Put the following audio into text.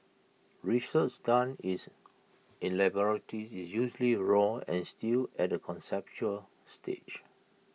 research done is in laboratories is usually raw and still at A conceptual stage